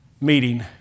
meeting